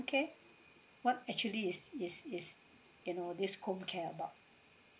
care what actually is is is you know this home care about